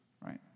right